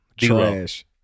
Trash